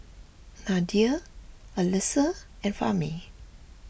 Nadia Alyssa and Fahmi